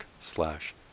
slash